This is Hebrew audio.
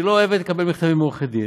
שלא אוהבת לקבל מכתבים מעורכי דין,